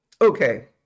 okay